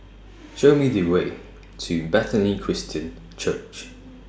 Show Me The Way to Bethany Christian Church